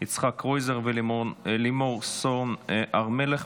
יצחק קרויזר ולימור סון הר מלך,